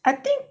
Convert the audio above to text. I think